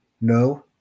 No